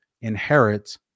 inherit